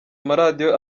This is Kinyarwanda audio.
amaradiyo